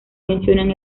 mencionan